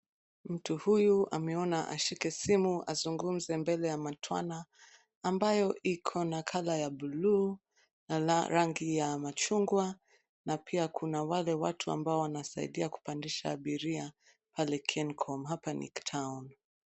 Mtu huyu ameona ashike simu azungumze mbele ya matwana ambayo Iko na color ya blue na rangi ya machungwa na pia kuna wale watu ambao wanasaidia kupandisha abiria pale KenCom. Hapa ni town .